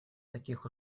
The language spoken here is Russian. таких